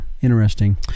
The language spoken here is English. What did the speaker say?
interesting